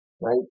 right